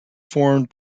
formed